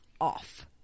off